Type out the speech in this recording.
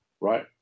right